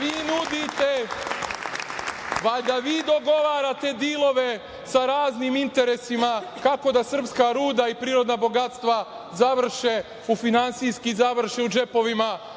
vi nudite, valjda vi dogovarate dilove sa raznim interesima kako da srpska ruda i prirodna bogatstva završe finansijski u džepovima